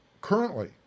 Currently